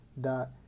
dot